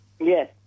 Yes